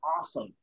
awesome